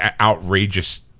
outrageous